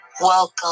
welcome